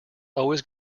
always